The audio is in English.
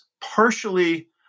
partially